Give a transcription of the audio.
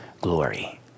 glory